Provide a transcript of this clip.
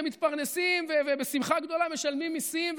שמתפרנסים ובשמחה גדולה משלמים מיסים,